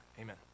Amen